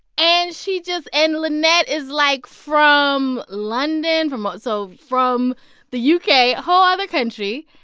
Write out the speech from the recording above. and she just and lynette is like from london, from ah so from the u k, a whole other country.